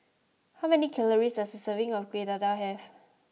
how many calories does a serving of Kuih Dadar have